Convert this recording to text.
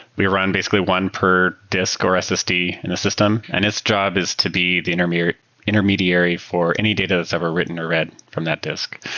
we run basically one per disk or ssd in a system, and its job is to be the intermediary intermediary for any data that's ever written or read from that disk.